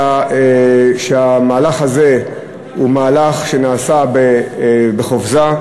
המהלך הזה הוא מהלך שנעשה בחופזה,